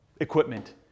equipment